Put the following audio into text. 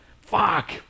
Fuck